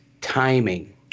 timing